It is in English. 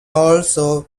also